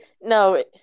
no